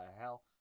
hell